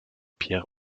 pierre